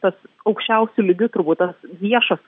tas aukščiausiu lygiu turbūt tas viešas